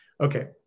okay